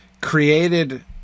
created